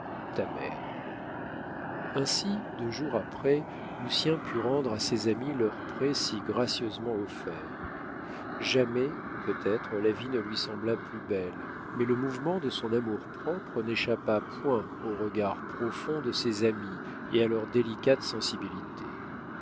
ta mère ainsi deux jours après lucien put rendre à ses amis leur prêt si gracieusement offert jamais peut-être la vie ne lui sembla plus belle mais le mouvement de son amour-propre n'échappa point aux regards profonds de ses amis et à leur délicate sensibilité